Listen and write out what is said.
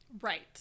Right